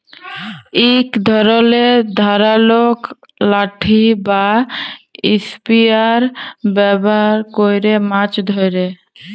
ইক ধরলের ধারালো লাঠি বা ইসপিয়ার ব্যাভার ক্যরে মাছ ধ্যরে